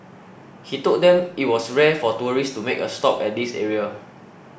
he told them it was rare for tourists to make a stop at this area